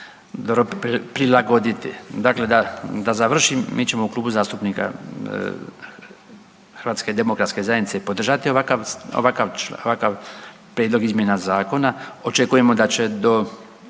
prilgoditi. Dakle, da završim mi ćemo u Klubu zastupnika HDZ-a podržati ovakav, ovakav, ovakav prijedlog izmjena zakona. Očekujemo da će do